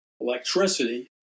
electricity